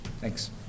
thanks